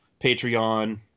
Patreon